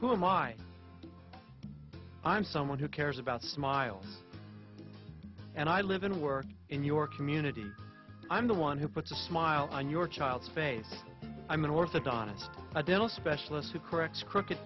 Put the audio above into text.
mind i'm someone who cares about smiles and i live and work in your community i'm the one who puts a smile on your child's face i'm an orthodontist a dental specialist who corrects crooked